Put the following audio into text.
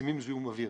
מצמצמים זיהום אוויר.